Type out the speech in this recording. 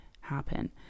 happen